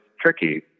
tricky